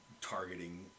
targeting